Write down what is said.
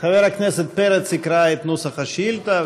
חבר הכנסת פרץ יקרא את נוסח השאילתה,